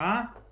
מיליון שקל.